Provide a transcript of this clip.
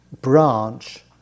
branch